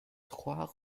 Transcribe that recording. trois